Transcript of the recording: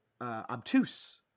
obtuse